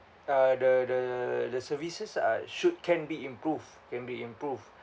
uh the the the services uh should can be improved can be improved